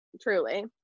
Truly